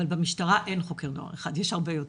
אבל במשטרה יש הרבה יותר.